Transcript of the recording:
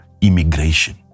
immigration